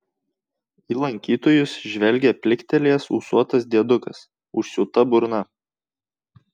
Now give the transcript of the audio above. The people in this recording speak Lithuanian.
į lankytojus žvelgia pliktelėjęs ūsuotas diedukas užsiūta burna